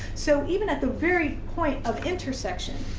so, even at the very point of intersection,